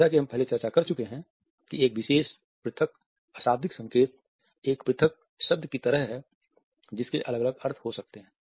जैसा कि हम पहले चर्चा कर चुके हैं कि एक विशेष पृथक अशाब्दिक संकेत एक पृथक शब्द की तरह है जिसके अलग अलग अर्थ हो सकते हैं